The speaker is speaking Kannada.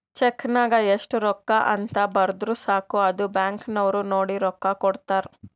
ಚೆಕ್ ನಾಗ್ ಎಸ್ಟ್ ರೊಕ್ಕಾ ಅಂತ್ ಬರ್ದುರ್ ಸಾಕ ಅದು ಬ್ಯಾಂಕ್ ನವ್ರು ನೋಡಿ ರೊಕ್ಕಾ ಕೊಡ್ತಾರ್